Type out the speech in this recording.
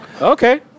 okay